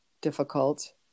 difficult